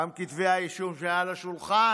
גם כתבי האישום שהיו על השולחן,